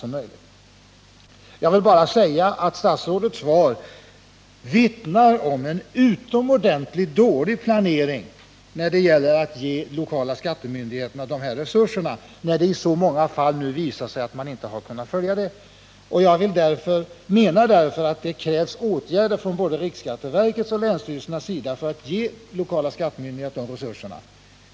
Jag vill bara säga att statsrådets svar vittnar om en utomordentligt dålig planering när det gäller att ge de lokala skattemyndigheterna de nödvändiga resurserna — när det i väldigt många fall visar sig att man inte har kunnat följa beslutet. Jag menar därför att det krävs åtgärder från både riksskatteverkets och länsstyrelsernas sida för att ge de lokala skattemyndigheterna de resurserna.